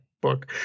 book